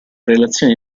relazione